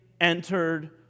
entered